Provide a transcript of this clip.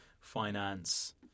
finance